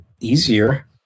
easier